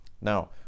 Now